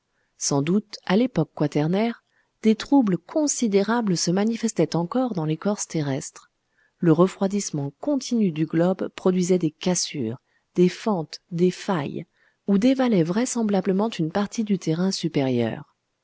sans doute à l'époque quaternaire des troubles considérables se manifestaient encore dans l'écorce terrestre le refroidissement continu du globe produisait des cassures des fentes des failles où dévalait vraisemblablement une partie du terrain supérieur